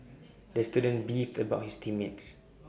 the student beefed about his team mates